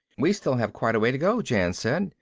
we still have quite a way to go, jan said.